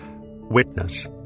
witness